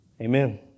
Amen